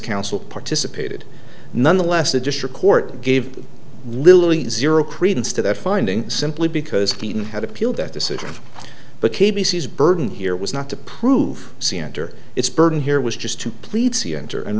counsel participated nonetheless the district court gave really zero credence to that finding simply because clinton had appealed that decision but she's burden here was not to prove c enter its burden here was just to plead c enter and